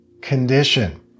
condition